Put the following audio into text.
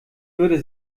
würde